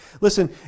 Listen